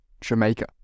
Jamaica